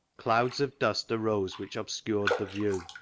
clouds of dust arose which obscured the view.